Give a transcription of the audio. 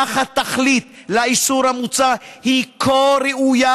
אך התכלית של האיסור המוצע היא כה ראויה